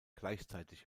gleichzeitig